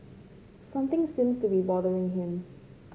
something seems to be bothering him